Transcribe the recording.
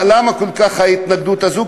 למה כל ההתנגדות הזאת,